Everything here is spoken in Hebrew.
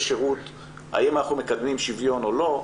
שירות האם אנחנו מקדמים שוויון או לא,